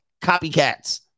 copycats